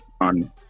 on